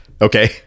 Okay